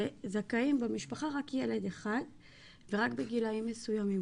זכאים במשפחה רק ילד אחד ורק בגילאים מסוימים,